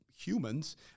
humans